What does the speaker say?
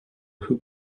who